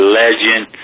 legend